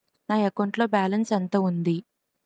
నా అకౌంట్ లో బాలన్స్ ఎంత ఉంది?